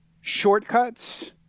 shortcuts